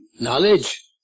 knowledge